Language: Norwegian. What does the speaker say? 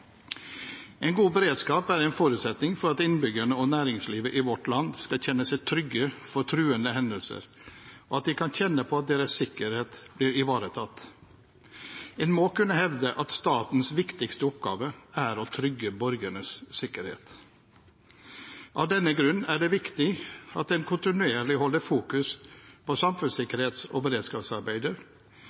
En god beredskap er en forutsetning for at innbyggerne og næringslivet i vårt land skal kjenne seg trygge for truende hendelser, og at de kan kjenne på at deres sikkerhet blir ivaretatt. En må kunne hevde at statens viktigste oppgave er å trygge borgernes sikkerhet. Av denne grunn er det viktig at en kontinuerlig holder fokus på samfunnssikkerhets- og beredskapsarbeidet,